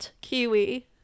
Kiwi